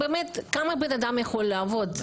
כמה בן אדם יכול לעבוד?